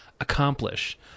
accomplish